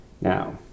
Now